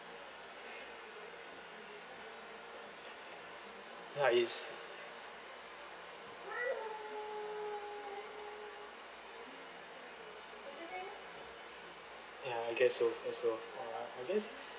ya it's ya I guess so guess so uh I guess